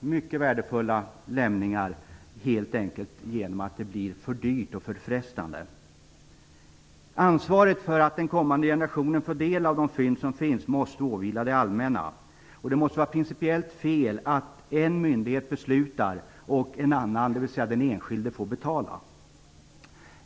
Mycket värdefulla lämningar kan förstöras, helt enkelt genom att det blir för dyrt att gräva ut dem och för frestande att låta bli att göra det. Ansvaret för att den kommande generationen får del av de fynd som finns måste åvila det allmänna. Det måste vara principiellt fel att en myndighet beslutar och en annan, dvs. den enskilde, får betala.